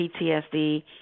PTSD